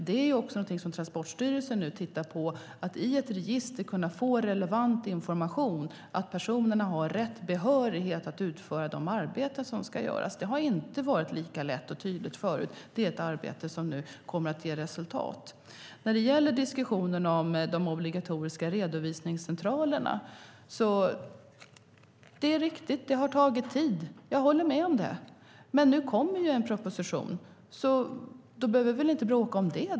Nu tittar Transportstyrelsen över det så att man i ett register ska kunna få relevant information om personerna, att de har rätt behörighet att utföra de arbeten som ska göras. Det har inte varit lika lätt och tydligt förut. Det är ett arbete som kommer att ge resultat. Vad beträffar diskussionen om de obligatoriska redovisningscentralerna är det riktigt att det har tagit tid. Jag håller med om det. Men nu kommer en proposition, och då behöver vi väl inte bråka om det.